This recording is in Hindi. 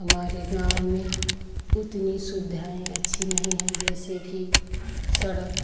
हमारे गाँव में उतनी सुविधाएं अच्छी नहीं है जैसे कि सड़क